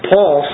Paul